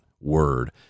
word